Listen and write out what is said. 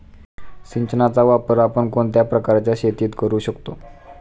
सिंचनाचा वापर आपण कोणत्या प्रकारच्या शेतीत करू शकतो?